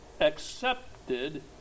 accepted